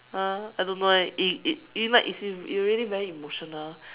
!huh! I don't know eh it it it you know like if you you really very emotional